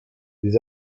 des